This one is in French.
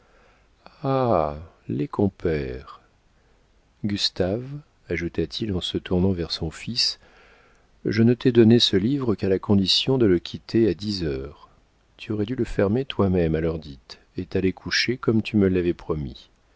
les compères gustave ajouta-t-il en se tournant vers son fils je ne t'ai donné ce livre qu'à la condition de le quitter à dix heures tu aurais dû le fermer toi-même à l'heure dite et t'aller coucher comme tu me l'avais promis